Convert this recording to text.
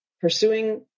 Pursuing